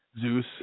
Zeus